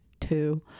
two